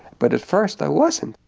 but at first i wasn't,